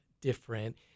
different